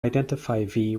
identify